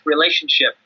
relationship